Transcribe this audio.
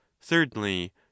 thirdly